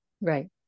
Right